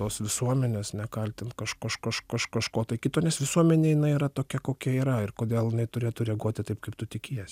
tos visuomenės ne kaltint kažką kaš kaš kaš kaš kaš kažko kito nes visuomenė yra tokia kokia yra ir kodėl inai turėtų reaguoti taip kaip tu tikies